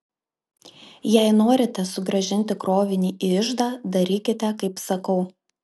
jei norite sugrąžinti krovinį į iždą darykite kaip sakau